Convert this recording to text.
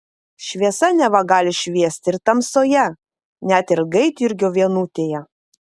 šviesa neva gali šviesti ir tamsoje net ir gaidjurgio vienutėje